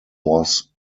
was